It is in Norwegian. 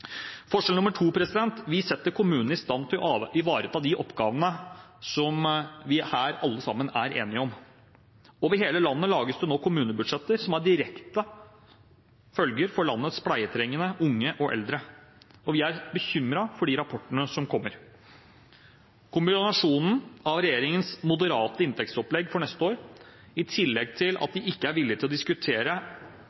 Forskjell nr. 2: Vi setter kommunen i stand til å ivareta de oppgavene som vi alle sammen her er enige om. Over hele landet lages det nå kommunebudsjetter, som har direkte følger for landets pleietrengende, unge og eldre, og vi er bekymret for de rapportene som kommer. Kombinasjonen av regjeringens moderate inntektsopplegg for neste år, og at de ikke er villige til